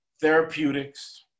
therapeutics